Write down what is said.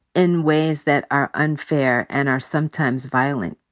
in ways that are unfair and are sometimes violent.